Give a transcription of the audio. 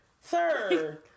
sir